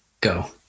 go